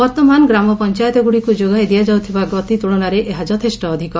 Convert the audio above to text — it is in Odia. ବର୍ତ୍ତମାନ ଗ୍ରାମ ପଞ୍ଚାୟତଗୁଡ଼ିକୁ ଯୋଗାଇ ଦିଆଯାଉଥିବା ଗତି ତୁଳନାରେ ଏହା ଯଥେଷ୍ଟ ଅଧିକ